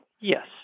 Yes